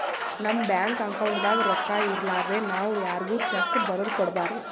ನಮ್ ಬ್ಯಾಂಕ್ ಅಕೌಂಟ್ದಾಗ್ ರೊಕ್ಕಾ ಇರಲಾರ್ದೆ ನಾವ್ ಯಾರ್ಗು ಚೆಕ್ಕ್ ಬರದ್ ಕೊಡ್ಬಾರ್ದು